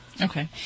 Okay